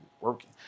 working